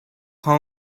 how